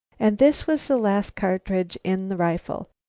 and this was the last cartridge in the rifle.